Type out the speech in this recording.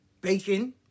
bacon